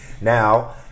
now